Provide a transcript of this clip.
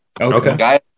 Okay